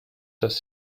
dass